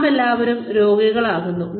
നാമെല്ലാവരും രോഗികളാകുന്നു